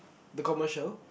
the commercial